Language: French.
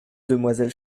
demoiselle